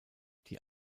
die